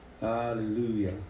Hallelujah